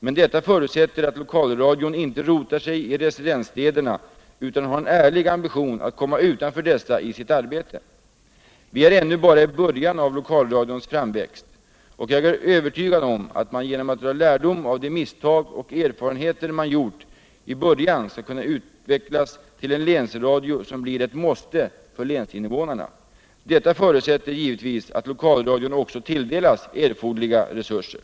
Men detta förutsätter att lokalradion inte rotar sig i residensstäderna utan har en ärlig ambition att komma utanför dessa i sitt arbete. Vi är ännu bara i början av lokalradions framväxt. och jag är övertygad om att den genom att dra lärdom av de misstag och erfarenheter man gjort i början skall kunna utvecklas till en länsradio som blir ett måste för länsinnevånarna. Detta förutsätter givetvis att lokalradion också tilldelas erforderliga resurser.